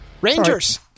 Rangers